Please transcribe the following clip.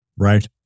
Right